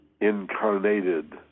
incarnated